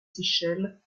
seychelles